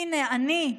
הינה, אני,